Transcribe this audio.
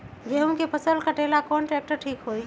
गेहूं के फसल कटेला कौन ट्रैक्टर ठीक होई?